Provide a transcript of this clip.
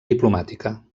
diplomàtica